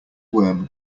worm